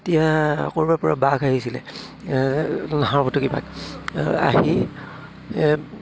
এতিয়া ক'ৰবাৰপৰা বাঘ আহিছিলে নাহৰফুটুকী বাঘ আহি